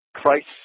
Christ